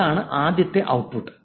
അതാണ് ആദ്യത്തെ ഔട്ട്പുട്ട്